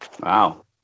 Wow